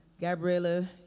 Gabriella